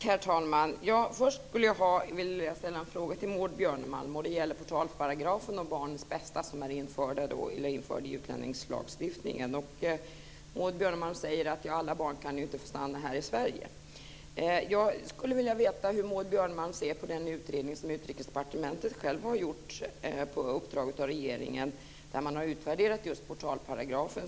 Herr talman! Först vill jag ställa en fråga till Maud Björnemalm, och det gäller portalparagrafen om barnens bästa som är införd i utlänningslagstiftningen. Maud Björnemalm säger att alla barn inte kan få stanna här i Sverige. Jag skulle vilja veta hur Maud Björnemalm ser på den utredning som Utrikesdepartementet har gjort på uppdrag av regeringen där man har utvärderat just portalparagrafen.